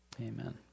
Amen